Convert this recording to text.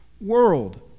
world